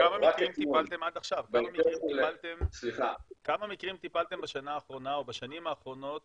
רק אתמול --- בכמה מקרים טיפלתם בשנה האחרונה או בשנים האחרונות